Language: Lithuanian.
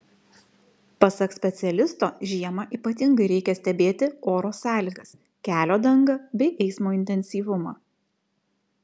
pasak specialisto žiemą ypatingai reikia stebėti oro sąlygas kelio dangą bei eismo intensyvumą